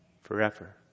Forever